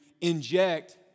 inject